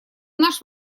наш